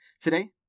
Today